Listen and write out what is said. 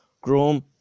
Chrome